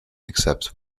except